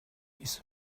his